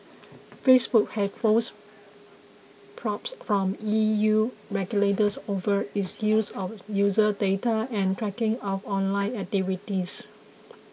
facebook has faced probes from E U regulators over its use of user data and tracking of online activities